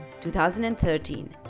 2013